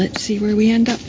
let's see where we end up